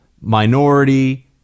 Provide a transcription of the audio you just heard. minority